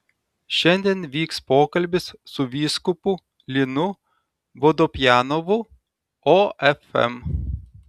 šiandien vyks pokalbis su vyskupu linu vodopjanovu ofm